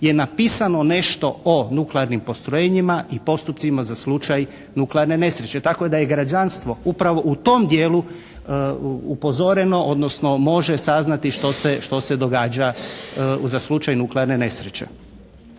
je napisano nešto o nuklearnim postrojenjima i postupcima za slučaj nuklearne nesreće. Tako da je građanstvo upravo u tom dijelu upozoreno, odnosno može saznati što se događa za slučaj nuklearne nesreće.